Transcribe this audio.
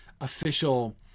official